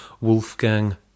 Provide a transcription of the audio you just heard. Wolfgang